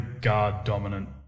guard-dominant